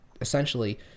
essentially